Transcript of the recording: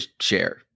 share